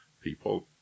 people